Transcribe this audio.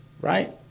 right